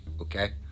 okay